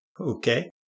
Okay